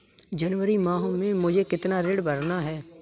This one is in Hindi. जनवरी माह में मुझे कितना ऋण भरना है?